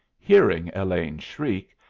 hearing elaine shriek,